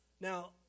Now